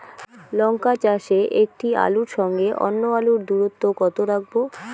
লঙ্কা চাষে একটি আলুর সঙ্গে অন্য আলুর দূরত্ব কত রাখবো?